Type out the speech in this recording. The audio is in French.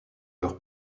leur